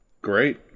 Great